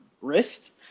wrist